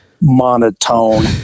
monotone